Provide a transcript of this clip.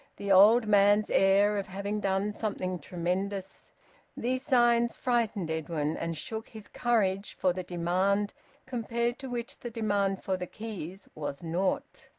the old man's air of having done something tremendous these signs frightened edwin and shook his courage for the demand compared to which the demand for the keys was naught.